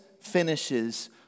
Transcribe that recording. finishes